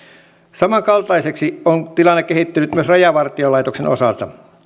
samankaltaiseksi on tilanne kehittynyt myös rajavartiolaitoksen osalta